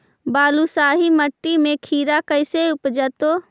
बालुसाहि मट्टी में खिरा कैसे उपजतै?